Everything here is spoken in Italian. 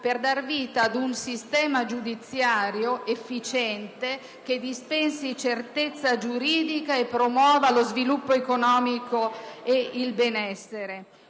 per dar vita ad un sistema giudiziario efficiente che dispensi certezza giuridica e promuova lo sviluppo economico e il benessere.